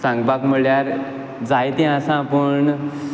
सांगपाक म्हुळ्यार जायतें आसा पूण